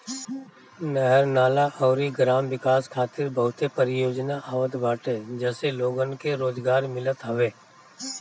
नहर, नाला अउरी ग्राम विकास खातिर बहुते परियोजना आवत बाटे जसे लोगन के रोजगार मिलत हवे